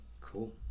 Cool